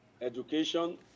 education